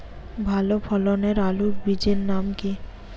ভালো ফলনের আলুর বীজের নাম কি?